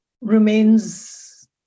remains